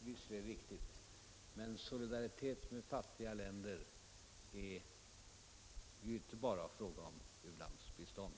Herr talman! Det är visserligen riktigt. Men solidaritet med fattiga länder är ju inte bara en fråga om u-landsbistånd.